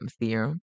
theorem